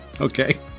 Okay